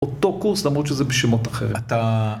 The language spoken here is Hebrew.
אותו קורס למרות שזה בשמות אחרים, אתה.